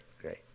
great